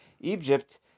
Egypt